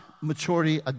maturity